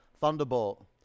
Thunderbolt